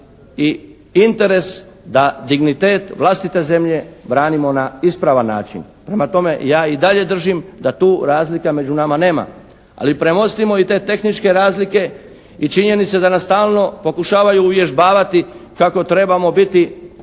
i interes da dignitet vlastite zemlje branimo na ispravan način. Prema tome ja i dalje držim da tu razlika među nama nema. Ali premostimo i te tehničke razlike i činjenice da nas stalno pokušavaju uvježbavati kako trebamo biti